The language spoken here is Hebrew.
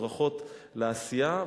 הברכות על העשייה,